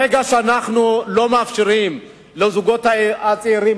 ברגע שאנחנו לא מאפשרים לזוגות הצעירים